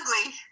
ugly